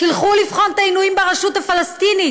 שילכו לבחון את העינויים ברשות הפלסטינית,